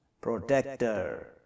protector